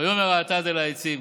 ויאמר האטד אל העצים